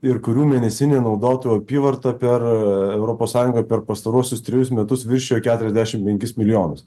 ir kurių mėnesinė naudotojų apyvarta per europos sąjunga per pastaruosius trejus metus viršijo keturiasdešim penkis milijonus